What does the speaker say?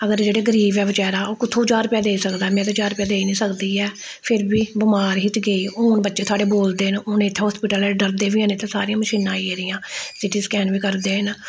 अगर जेह्ड़े गरीब ऐ बचैरा ओह् कुत्थूं ज्हार रपेआ देई सकदा ऐ में ते ज्हार रपेआ देई नेईं सकदी ऐ फिर बी बमार ही ते गेई हून बच्चे थुआढ़े बोलदे न हून इत्थै हास्पिटल ऐ डरदे बी हैन इत्थै सारियां मशीनां आई गेदियां सिटी स्कैन बी करदे न